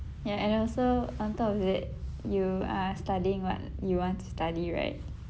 ya and also on top of it you are studying what you want to study right